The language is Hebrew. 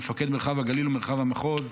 מפקד מרחב הגליל ומרחב המחוז.